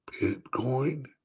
Bitcoin